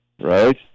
right